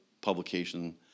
publication